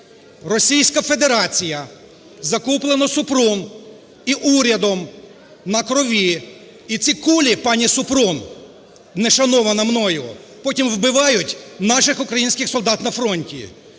Російська Федерація, закуплено Супрун і урядом на крові. І ці кулі, пані Супрун, не шанована мною, потім вбивають наших українських солдат на фронті.